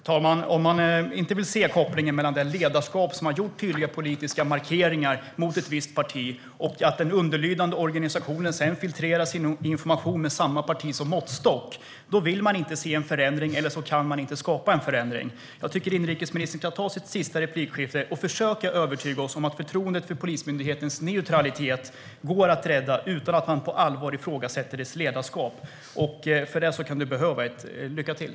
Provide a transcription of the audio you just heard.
Herr talman! Om man inte vill se kopplingen mellan det ledarskap som har gjort tydliga politiska markeringar mot ett visst parti och att den underlydande organisationen sedan filtrerar sin information, med samma parti som måttstock, då vill man inte se en förändring eller så kan man inte åstadkomma en förändring. Jag tycker att inrikesministern i sitt andra inlägg ska försöka övertyga oss om att förtroendet för Polismyndighetens neutralitet går att rädda utan att man på allvar ifrågasätter dess ledarskap. För det kan inrikesministern behöva ett "lycka till".